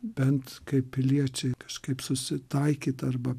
bent kaip piliečiai kažkaip susitaikyt arba